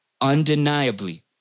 undeniably